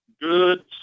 good